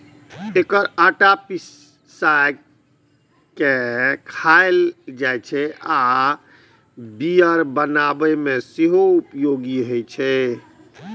एकर आटा पिसाय के खायल जाइ छै आ बियर बनाबै मे सेहो उपयोग होइ छै